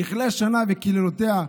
תכלה שנה וקללותיה,